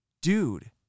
Dude